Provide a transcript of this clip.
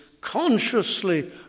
consciously